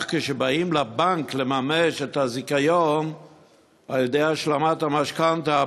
אך כשבאים לבנקים לממש את הזיכיון על-ידי השלמת המשכנתה,